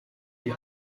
die